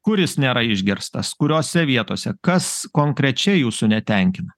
kur jis nėra išgirstas kuriose vietose kas konkrečiai jūsų netenkina